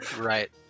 right